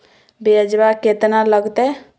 ब्यजवा केतना लगते?